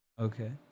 Okay